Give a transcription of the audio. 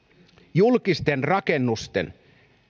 julkisten rakennusten